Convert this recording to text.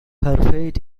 fate